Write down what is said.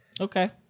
Okay